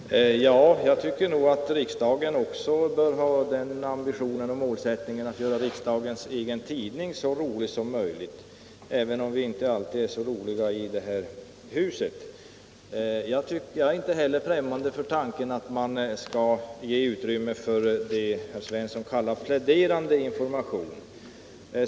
Fru talman! Också jag tycker att riksdagen bör ha målsättningen och ambitionen att göra riksdagens tidning så rolig som möjlig, även om vi inte alltid är så skojiga i detta hus. Jag är inte heller främmande för tanken att man skall ge utrymme för det som herr Svensson i Eskilstuna kallar pläderande information.